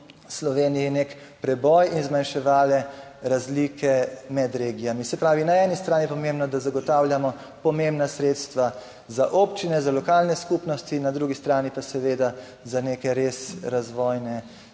Sloveniji nek preboj in zmanjševale razlike med regijami. Se pravi, na eni strani je pomembno, da zagotavljamo pomembna sredstva za občine, za lokalne skupnosti, na drugi strani pa seveda za neke res razvojne